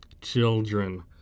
children